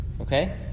Okay